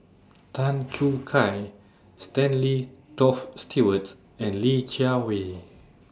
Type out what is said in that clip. Tan Choo Kai Stanley Toft Stewart and Li Jiawei